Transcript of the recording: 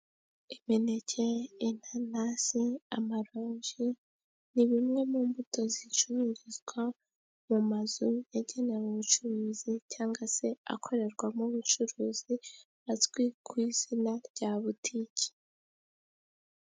Imineke, inanasi, amalonji, ni bimwe mu mbuto zicururizwa mu mazu yagenewe ubucuruzi, cyangwa se akorerwamo ubucuruzi, azwi ku izina rya butiki.